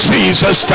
Jesus